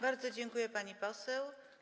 Bardzo dziękuję, pani poseł.